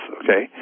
okay